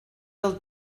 del